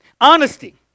Honesty